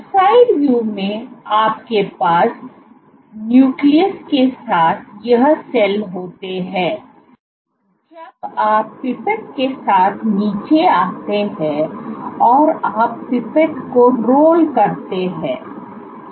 तो side view में आपके पास न्यूक्लियस के साथ यह सेल होता है जब आप पिपेट के साथ नीचे आते हैं और आप पिपेट को रोल करते हैं